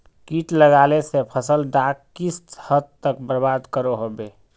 किट लगाले से फसल डाक किस हद तक बर्बाद करो होबे?